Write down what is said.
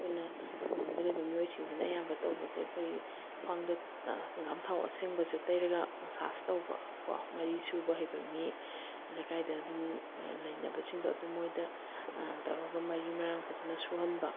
ꯑꯩꯈꯣꯏꯅ ꯈꯨꯡꯒꯪꯗ ꯂꯩꯕ ꯃꯤꯑꯣꯏꯁꯤꯡꯁꯤꯅ ꯑꯌꯥꯝꯕ ꯇꯧꯕꯁꯦ ꯑꯩꯈꯣꯏ ꯈ꯭ꯋꯥꯡꯗ ꯍꯪꯒꯥꯝ ꯊꯥꯎ ꯑꯁꯦꯡꯕꯁꯦ ꯇꯩꯔꯒ ꯃꯥꯁꯁ ꯇꯧꯕ ꯀꯣ ꯃꯔꯤ ꯁꯨꯕ ꯍꯩꯕ ꯃꯤ ꯂꯩꯀꯥꯏꯗ ꯑꯗꯨꯝ ꯂꯩꯅꯕꯁꯤꯡꯗꯣ ꯑꯗꯨꯝ ꯃꯣꯏꯗ ꯇꯧꯔꯒ ꯃꯔꯤ ꯃꯔꯥꯡ ꯐꯖꯅ ꯁꯨꯍꯟꯕ